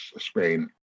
Spain